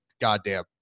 goddamn